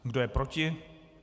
Kdo je proti?